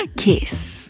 Kiss